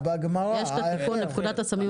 לגבי רפורמת הייבוא שהשרה הובילה,